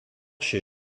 chez